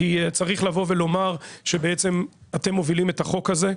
כי צריך לבוא ולומר שבעצם אתם מובילים את החוק הזה,